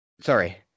Sorry